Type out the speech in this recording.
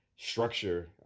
structure